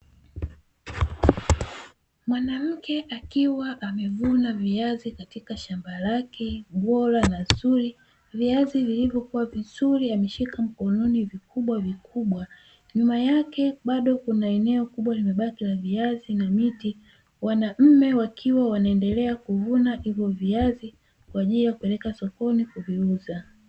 Mwanamke akiwa amevuna viazi katika shamba lake bora na zuri viazi vilivyokuwa vizuri ameshika mkononi vikubwa vikubwa, nyuma yake bado kuna, eneo kubwa limebaki la viazi na miti wanaume wakiwa wanaendelea kuvuna hivyo viazi kwa ajili ya kupeleka sokoni kuviuza.